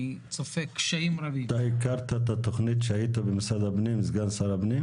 אני צופה קשיים רבים -- אתה הכרת את התכנית כשהיית סגן שר הפנים?